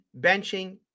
benching